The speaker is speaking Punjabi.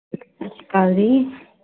ਸਤਿ ਸ਼੍ਰੀ ਆਕਾਲ ਜੀ